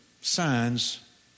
signs